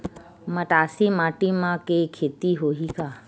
मटासी माटी म के खेती होही का?